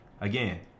Again